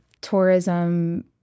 tourism